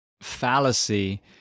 fallacy